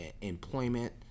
employment